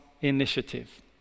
initiative